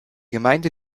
gemeinde